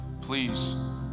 Please